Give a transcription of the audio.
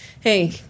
Hey